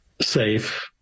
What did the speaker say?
safe